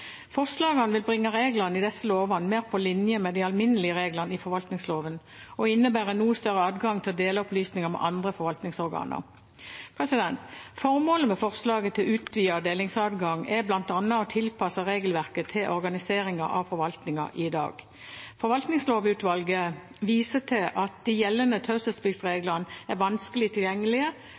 Forslagene vil bringe reglene i disse lovene mer på linje med de alminnelige reglene i forvaltningsloven og innebære en noe større adgang til å dele opplysninger med andre forvaltningsorganer. Formålet med forslaget til utvidet delingsadgang er bl.a. å tilpasse regelverket til organiseringen av forvaltningen i dag. Forvaltningslovutvalget viser til at de gjeldende taushetspliktreglene er vanskelig tilgjengelige,